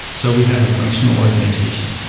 so we have a functional organization.